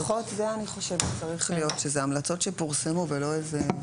אז לפחות זה צריך להיות "המלצות שפורסמו" ולא איזה...